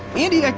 andi, ah